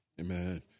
Amen